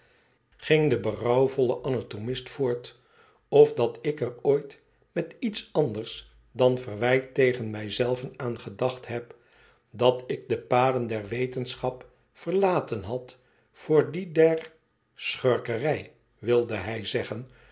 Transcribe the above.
de berouwvolle anatomist voort tof dat ik er ooit met iets anders dan verwijt tegen mij zelven aan gedacht heb dat ik de paden der wetenschap verlaten had voor die der schurkerij wilde hij zeggen